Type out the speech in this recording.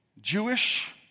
Jewish